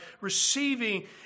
receiving